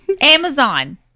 Amazon